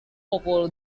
pukul